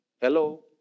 Hello